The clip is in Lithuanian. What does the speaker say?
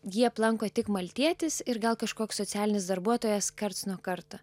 jį aplanko tik maltietis ir gal kažkoks socialinis darbuotojas karts nuo karto